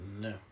No